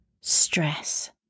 stress